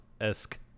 esque